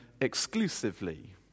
exclusively